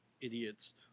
idiots